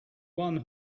one